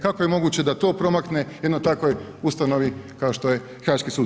Kako je moguće da to promakne jednoj takvoj ustanovi kao što je Haški sud?